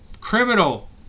criminal